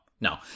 no